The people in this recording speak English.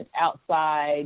outside